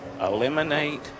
Eliminate